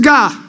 God